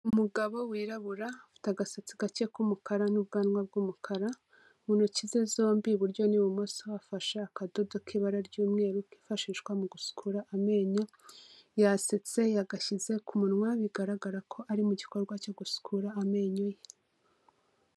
Umugabo wirabura, afite agasatsi gake k'umukara, n'ubwanwa bw'umukara, mu ntoki ze zombi iburyo n'ibumoso hafashe akadodo k'ibara ry'umweru kifashishwa mu gusukura amenyo, yasetse yagashyize ku munwa bigaragara ko ari mu gikorwa cyo gusukura amenyo ye.